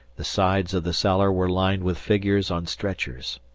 the sides of the cellar were lined with figures on stretchers.